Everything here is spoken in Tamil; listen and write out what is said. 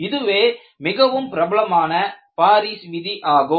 இதுவே மிகவும் பிரபலமான பாரிஸ் விதி ஆகும்